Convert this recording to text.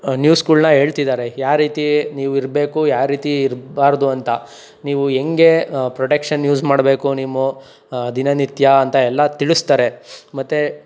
ನ್ಯೂಸ್ಗಳನ್ನ ಹೇಳ್ತಿದ್ದಾರೆ ಯಾವ್ರೀತಿ ನೀವು ಇರಬೇಕು ಯಾವ ರೀತಿ ಇರ್ಬಾರ್ದು ಅಂತ ನೀವು ಹೆಂಗೆ ಪ್ರೊಟೆಕ್ಷನ್ ಯೂಸ್ ಮಾಡಬೇಕು ನಿಮ್ಮು ದಿನ ನಿತ್ಯ ಅಂತ ಎಲ್ಲ ತಿಳಿಸ್ತಾರೆ ಮತ್ತೆ